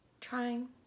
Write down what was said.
trying